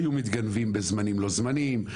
היו מתגנבים בזמנים לא זמנים,